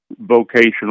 vocational